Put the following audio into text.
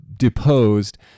deposed